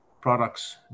products